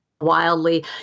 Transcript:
wildly